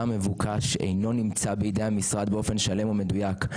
המבוקש אינו נמצא בידי המשרד באופן שלם ומדויק".